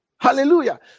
Hallelujah